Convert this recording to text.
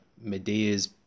Medea's